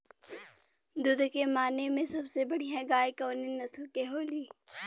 दुध के माने मे सबसे बढ़ियां गाय कवने नस्ल के होली?